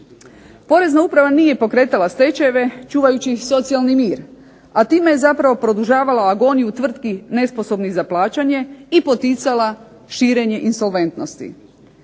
Porezna uprava nije pokretala stečajeve čuvajući socijalni mir, a time je zapravo produžavala agoniju tvrtki nesposobnih za plaćanje, i poticala širenje insolventnosti.